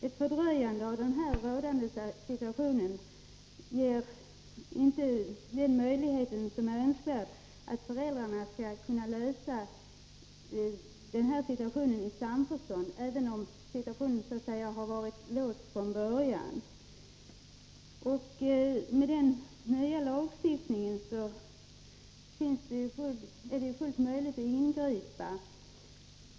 Ett fördröjande i den rådande situationen ger inte den möjlighet som är önskvärd, att föräldrarna skall kunna lösa frågan i samförstånd, även om situationen så att säga har varit låst från början. Enligt den nya lagen är det fullt möjligt att ingripa.